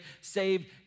saved